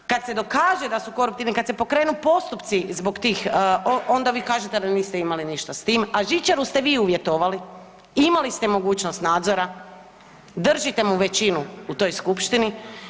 Kad se dokaže da su koruptivni, kad se pokrenu postupci zbog tih onda vi kažete da niste imali ništa s tim, a žičaru ste vi uvjetovali, imali ste mogućnost nadzora, držite mu većinu u toj skupštini.